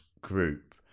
group